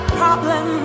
problem